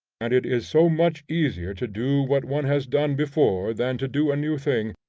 and it is so much easier to do what one has done before than to do a new thing,